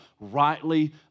rightly